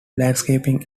landscaping